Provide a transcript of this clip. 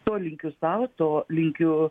to linkiu sau to linkiu